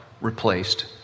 Replaced